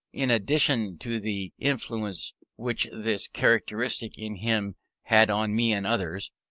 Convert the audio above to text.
in addition to the influence which this characteristic in him had on me and others,